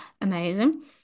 amazing